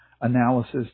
analysis